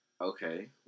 Okay